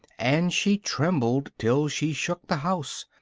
and she trembled till she shook the house,